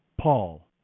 Paul